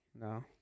no